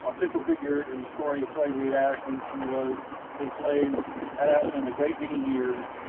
ah central figure in the story of slavery at ashland. she was enslaved at ashland a great many years.